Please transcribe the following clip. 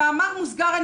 במאמר מוסגר,